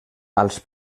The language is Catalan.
als